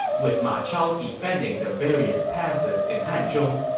with ma chao defending the various passes in hanzhong,